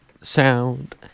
sound